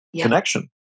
connection